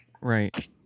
Right